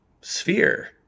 sphere